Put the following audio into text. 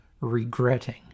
regretting